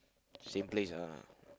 same place ah